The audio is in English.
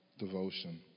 devotion